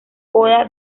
coda